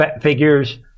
figures